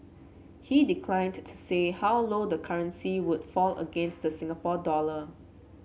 he declined to say how low the currency would fall against the Singapore dollar